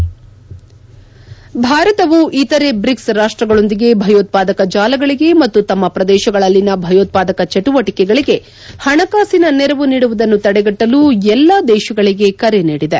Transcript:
head ಭಾರತವು ಇತರೆ BRICS ರಾಷ್ಸಗಳೊಂದಿಗೆ ಭಯೋತ್ವಾದಕ ಜಾಲಗಳಗೆ ಮತ್ತು ತಮ್ನ ಪ್ರದೇಶಗಳಲ್ಲಿನ ಭಯೋತ್ವಾದಕ ಚಟುವಟಿಕೆಗಳಗೆ ಹಣಕಾಸಿನ ನೆರವು ನೀಡುವುದನ್ನು ತಡೆಗಟ್ಟಲು ಎಲ್ಲಾ ದೇಶಗಳಿಗೆ ಕರೆ ನೀಡಿದೆ